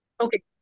Okay